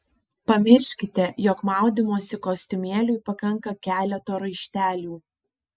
pamirškite jog maudymosi kostiumėliui pakanka keleto raištelių